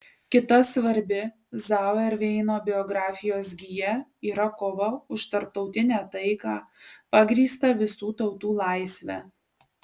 kita svarbi zauerveino biografijos gija yra kova už tarptautinę taiką pagrįstą visų tautų laisve